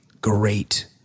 great